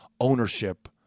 ownership